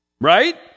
right